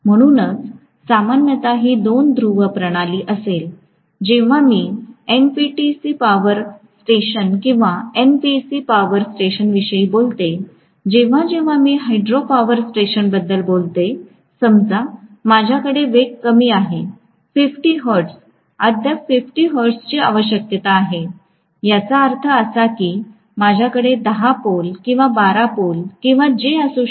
म्हणूनच सामान्यत ही दोन ध्रुव प्रणाली असेल जेव्हा मी एनटीपीसी पॉवर स्टेशन किंवा एनपीसी पॉवर स्टेशनविषयी बोलते जेव्हा जेव्हा मी हायड्रोपावर स्टेशनबद्दल बोलते समजा माझ्याकडे वेग कमी आहे 50 हर्ट्ज अद्याप 50 हर्ट्जची आवश्यकता आहे याचा अर्थ असा की माझ्याकडे 10 पोल किंवा 12 पोल किंवा जे काही असू शकते